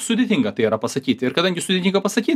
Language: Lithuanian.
sudėtinga tai yra pasakyti ir kadangi sudėtinga pasakyt